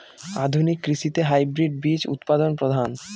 আধুনিক কৃষিতে হাইব্রিড বীজ উৎপাদন প্রধান